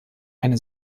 eine